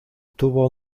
tuvo